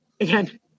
again